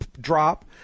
drop